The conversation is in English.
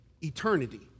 eternity